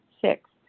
Six